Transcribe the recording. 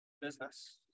business